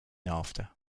after